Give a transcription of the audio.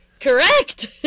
Correct